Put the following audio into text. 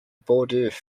bordeaux